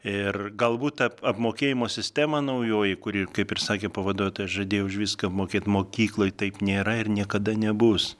ir galbūt ap apmokėjimo sistema naujoji kuri kaip ir sakė pavaduotoja žadėjo už viską apmokėt mokykloj taip nėra ir niekada nebus